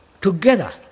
together